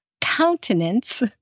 countenance